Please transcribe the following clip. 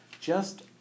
Just